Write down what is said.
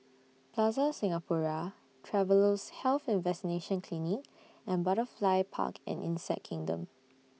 Plaza Singapura Travellers' Health and Vaccination Clinic and Butterfly Park and Insect Kingdom